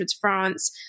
France